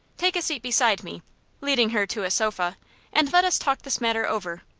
take a seat beside me leading her to a sofa and let us talk this matter over.